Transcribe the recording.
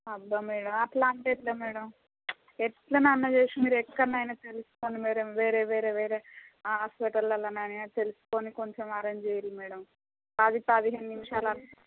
అబ్బా మేడమ్ అట్లా అంటే ఎట్లా మేడమ్ ఎట్లానన్న చేసి మీరు ఎక్కడనైనా తెలసుకోండి మేడమ్ వేరే వేరే వేరే హాస్పటలలో కానీ అ తెలుసుకుని కొంచం అరేంజ్ చేయుర్రి మేడమ్ పది పదిహేను నిమిషాల